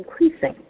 increasing